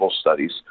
studies